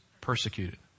persecuted